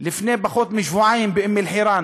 לפני פחות משבועיים באום-אלחיראן